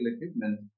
equipment